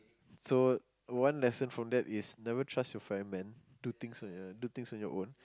so one lesson from that is never trust your fireman do things on yout on your own